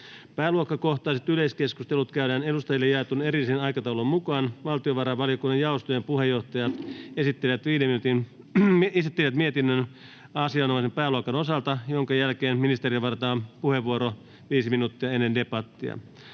Pääluokkakohtaiset yleiskeskustelut käydään edustajille jaetun erillisen aikataulun mukaan. Valtiovarainvaliokunnan jaostojen puheenjohtajat esittelevät mietinnön asianomaisen pääluokan osalta, minkä jälkeen ministereille varataan viiden minuutin puheenvuoro ennen debattia.